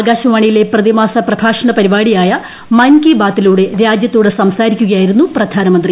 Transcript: ആകാശവാണിയിലെ പ്രതിമാസ് പ്രെഭാഷണ പരിപാടിയായ മൻകി ബാതിലൂടെ രാജൃത്തോട് സ്ട്സ്റ്റരിക്കുകയായിരുന്നു പ്രധാനമന്ത്രി